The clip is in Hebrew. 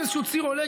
עם איזשהו ציר עולה.